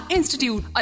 Institute